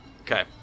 okay